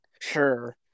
sure